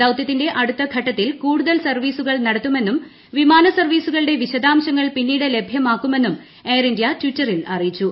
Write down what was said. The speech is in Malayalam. ദൌതൃത്തിന്റെ അടുത്ത ഘട്ടത്തിൽ കൂടുതൽ സർവീസുകൾ നടത്തുമെന്നും വിമാനസർവീസുകളുടെ വിശദാംശങ്ങൾ പിന്നീട് ലഭ്യമാക്കുമെന്നും എയർഇന്ത്യ ട്വിറ്ററിൽ അറിയിച്ചു